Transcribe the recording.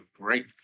great